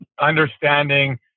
understanding